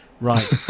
Right